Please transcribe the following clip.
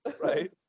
Right